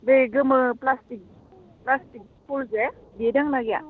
बै गोमो plastic plastic फुलजे बे दंना गैया